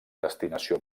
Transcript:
destinació